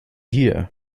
hier